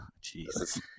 Jesus